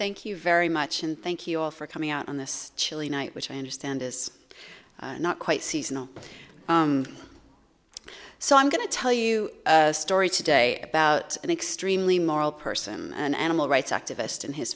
thank you very much and thank you all for coming out on this chilly night which i understand is not quite seasonal so i'm going to tell you a story today about an extremely moral person an animal rights activist in his